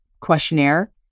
questionnaire